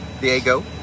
Diego